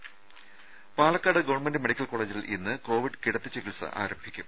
രേര Palakkad government medical കോളേജിൽ ഇന്ന് കോവിഡ് കിടത്തി ചികിത്സ ആരംഭിക്കും